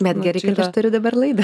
bet gerai kad aš turiu dabar laidą